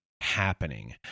happening